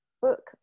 book